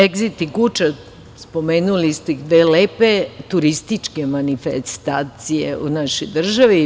Egzit i Guča, spomenuli ste ih, to su dve lepe turističke manifestacije u našoj državi.